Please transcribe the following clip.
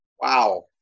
wow